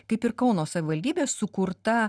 kaip ir kauno savivaldybės sukurta